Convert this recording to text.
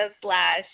slash